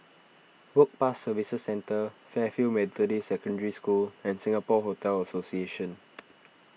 Work Pass Services Centre Fairfield Methodist Secondary School and Singapore Hotel Association